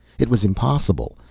it was impossible.